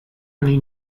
only